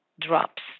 drops